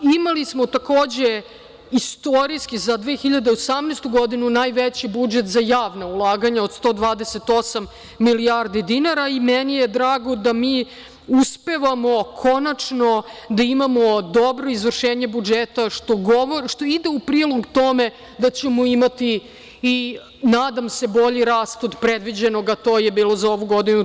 Imali smo takođe istorijski za 2018. godinu najveći budžet za javna ulaganja od 128 milijardi dinara i meni je drago da mi uspevamo konačno da imamo dobro izvršenje budžeta, što ide u prilog tome da ćemo imati i nadam se bolji rast od predviđenog, a to je bilo za ovu godinu 3,5%